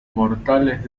mortales